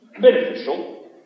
beneficial